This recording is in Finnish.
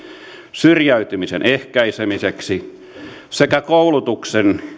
syrjäytymisen ehkäisemiseksi sekä koulutuksen